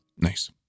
Nice